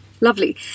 Lovely